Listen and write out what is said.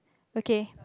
okay